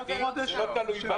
זה לא תלוי בהם.